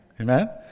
amen